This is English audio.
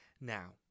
Now